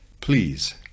Please